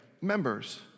members